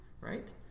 right